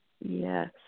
Yes